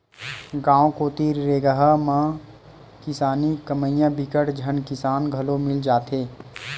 गाँव कोती रेगहा म किसानी कमइया बिकट झन किसान घलो मिल जाथे